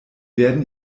werden